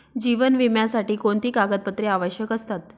जीवन विम्यासाठी कोणती कागदपत्रे आवश्यक असतात?